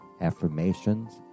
affirmations